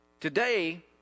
today